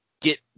get